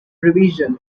revision